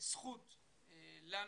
זכות לנו,